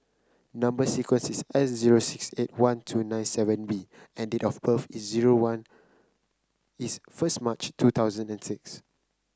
number sequence is S zero six eight one two nine seven B and date of birth is zero one is first March two thousand and six